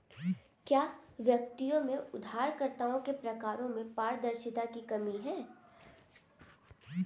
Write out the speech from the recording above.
क्या व्यक्तियों में उधारकर्ताओं के प्रकारों में पारदर्शिता की कमी है?